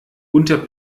unter